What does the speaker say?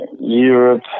Europe